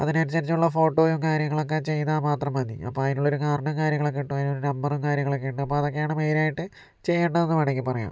അതിനനുസരിച്ചുള്ള ഫോട്ടോയും കാര്യങ്ങളൊക്കെ ചെയ്താൽ മാത്രം മതി അപ്പോൾ അതിനുള്ളൊരു കാർഡും കാര്യങ്ങളൊക്കെ കിട്ടും അതിലൊരു നമ്പറും കാര്യങ്ങളൊക്കെ ഉണ്ട് അപ്പോൾ അതൊക്കെയാണ് മെയിനായിട്ട് ചെയ്യേണ്ടതെന്ന് വേണമെങ്കിൽ പറയാം